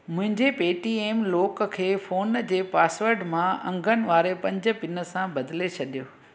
मुंहिंजे Paytm lock खे phone जे पासवर्ड मां अंगनि वारे पंज पिन सां बदिले छॾियो